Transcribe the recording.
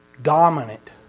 Dominant